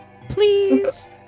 Please